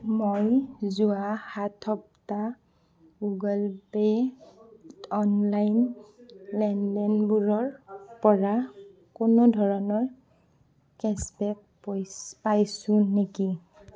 মই যোৱা সাত সপ্তাহ গুগল পে অনলাইন লেনদেনবোৰৰ পৰা কোনো ধৰণৰ কেশ্ব বেক পইচ পাইছোঁ নেকি